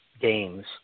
games